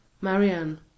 Marianne